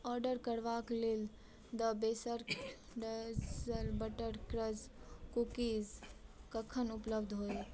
order करबाक लेल the Baker's Dozen butter crunch cookies कखन उपलब्ध होयत